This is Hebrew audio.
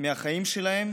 מהחיים שלהם